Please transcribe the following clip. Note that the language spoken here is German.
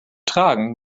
tragen